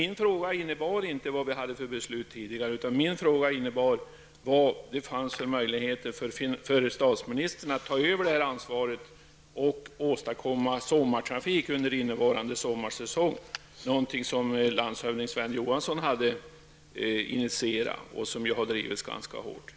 Min fråga gäller emellertid inte vilket beslut vi ha fattat tidigare, utan min fråga gäller vilka möjligheter det finns för statsministern att ta över detta ansvar och åstadkomma sommartrafik under innevarande sommarsäsong, något som landshövding Sven Johansson har initierat och som har drivits ganska hårt.